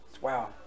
Wow